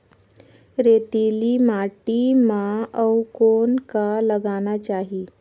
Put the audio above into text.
रेतीली माटी म अउ कौन का लगाना चाही?